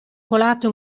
colato